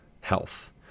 health